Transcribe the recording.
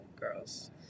girls